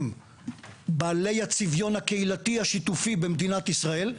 בעלי הצביון הקהילתי השיתופי במדינת ישראל.